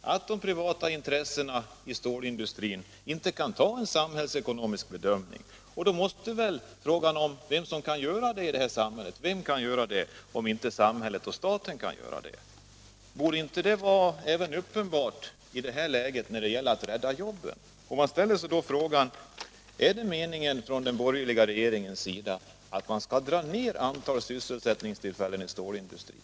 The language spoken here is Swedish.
att de privata intressena i stålindustrin inte kan ta en samhällsekonomisk bedömning. Då måste väl frågan ställas om vem som kan göra det i det här samhället — och vem kan göra det om inte samhället och staten? Det borde även vara uppenbart i det här läget när det gäller att rädda jobb. Man ställer sig då frågan: Är det den borgerliga regeringens mening att dra ner antalet sysselsättningstillfällen inom stålindustrin?